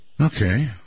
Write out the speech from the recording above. Okay